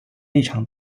立场